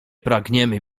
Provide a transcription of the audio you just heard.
pragniemy